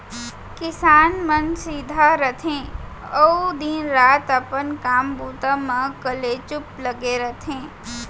किसान मन सीधा रथें अउ दिन रात अपन काम बूता म कलेचुप लगे रथें